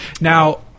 now